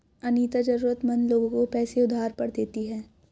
अनीता जरूरतमंद लोगों को पैसे उधार पर देती है